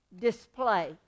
display